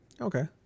Okay